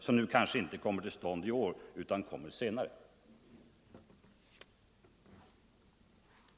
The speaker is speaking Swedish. stödet till ett skogsindustriprojekt Överläggningen var härmed slutad. i Nordvietnam